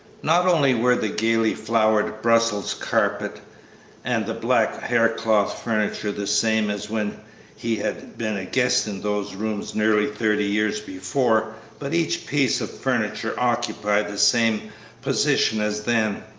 not only were the gayly flowered brussels carpet and the black haircloth furniture the same as when he had been a guest in those rooms nearly thirty years before, but each piece of furniture occupied the same position as then.